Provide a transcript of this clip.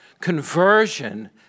Conversion